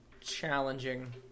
challenging